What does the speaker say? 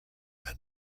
and